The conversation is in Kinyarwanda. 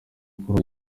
nkuru